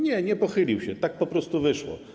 Nie, nie pochylił się, tak po prostu wyszło.